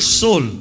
soul